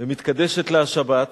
ומתקדשת לה השבת,